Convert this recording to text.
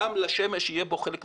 גם לשמש יהיה בו חלק מרכזי.